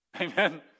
Amen